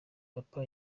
papa